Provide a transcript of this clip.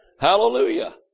Hallelujah